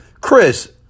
Chris